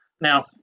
Now